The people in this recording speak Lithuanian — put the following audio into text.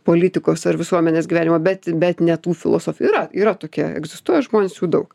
politikos ar visuomenės gyvenimo bet bet ne tų filosofijų yra yra tokie egzistuoja žmonės jų daug